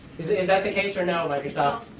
that the case or no, microsoft?